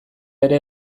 ere